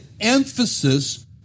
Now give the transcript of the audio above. emphasis